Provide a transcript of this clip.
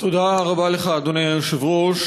תודה רבה לך, אדוני היושב-ראש.